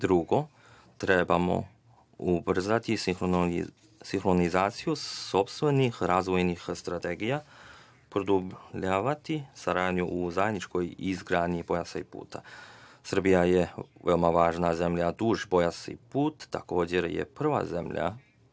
Drugo, trebamo ubrzati sinhronizaciju sopstvenih razvojnih strategija, produbljavati saradnju u zajedničkoj izgradnji „Pojasa i puta“. Srbija je veoma važna zemlja duž „Pojasa i puta“, takođe jer je prva zemlja